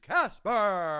Casper